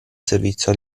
servizio